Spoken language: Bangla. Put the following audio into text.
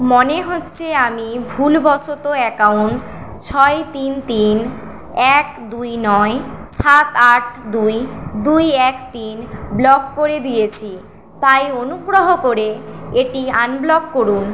মনে হচ্ছে আমি ভুলবশত অ্যাকাউন্ট ছয় তিন তিন এক দুই নয় সাত আট দুই দুই এক তিন ব্লক করে দিয়েছি তাই অনুগ্রহ করে এটি আনব্লক করুন